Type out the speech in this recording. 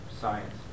science